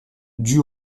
dues